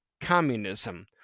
communism